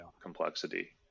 complexity